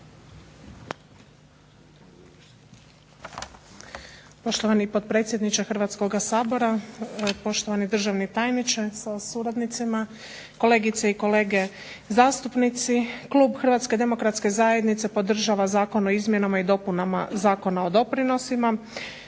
Poštovani potpredsjedniče Hrvatskog sabora, poštovani državni tajniče sa suradnicima, kolegice i kolege zastupnici. Klub HDZ-a podržava Zakon o izmjenama i dopunama Zakona o doprinosima.